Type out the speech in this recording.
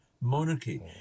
monarchy